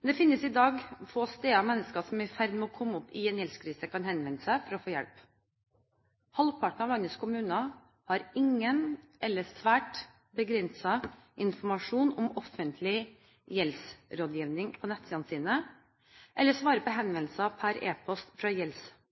Men det finnes i dag få steder mennesker som er i ferd med å komme opp i en gjeldskrise, kan henvende seg for å få hjelp. Halvparten av landets kommuner har ingen eller svært begrenset informasjon om offentlig gjeldsrådgivning på nettsidene sine, eller svarer på henvendelser per e-post fra